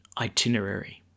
itinerary